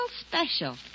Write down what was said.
special